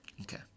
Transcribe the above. Okay